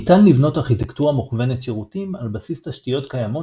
ניתן לבנות ארכיטקטורה מכוונת שירותים על בסיס תשתיות קיימות